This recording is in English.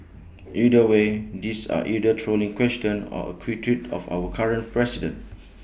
either way these are either trolling questions or A critique of our current president